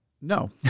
No